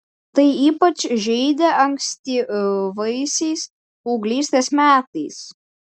tai ypač žeidė ankstyvaisiais paauglystės metais